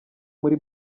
muri